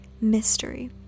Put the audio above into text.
mystery